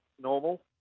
normal